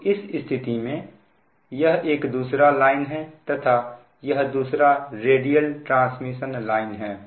तो इस स्थिति में यह एक दूसरा लाइन है तथा यह दूसरा रेडियल ट्रांसमिशन लाइन है